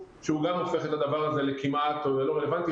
שגם הופך את הדבר הזה לכמעט לא רלוונטי,